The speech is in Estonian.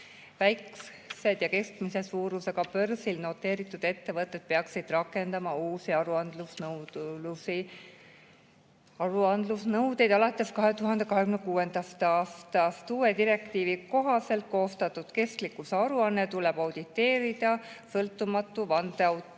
Väiksed ja keskmise suurusega börsil noteeritud ettevõtted peaksid rakendama uusi aruandlusnõudeid alates 2026. aastast. Uue direktiivi kohaselt koostatud kestlikkuse aruanne tuleb auditeerida sõltumatu vandeaudiitori